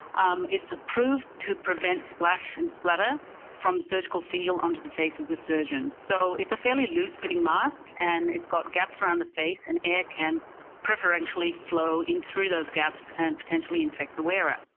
um it's approved to prevent splash and splatter from the surgical field onto the face of the surgeon. so it's a fairly loose-fitting mask and it's got gaps around the face and air can preferentially flow in through those gaps and potentially infected the wearer.